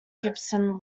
gibson